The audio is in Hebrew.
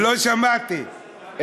לא שמעתי,